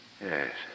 Yes